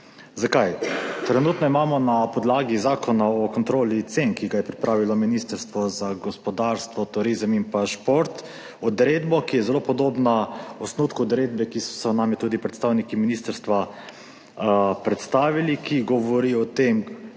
Zakaj? Trenutno imamo na podlagi Zakona o kontroli cen, ki ga je pripravilo Ministrstvo za gospodarstvo, turizem in šport odredbo, ki je zelo podobna osnutku odredbe, ki so nam jo tudi predstavniki ministrstva predstavili, ki govori o tem,